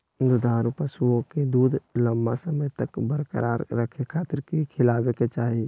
दुधारू पशुओं के दूध लंबा समय तक बरकरार रखे खातिर की खिलावे के चाही?